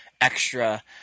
extra